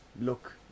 look